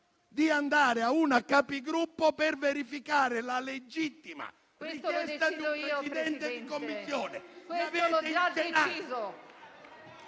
Conferenza dei Capigruppo per verificare la legittima richiesta di un Presidente di Commissione...